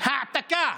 העתקה.